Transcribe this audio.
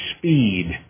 speed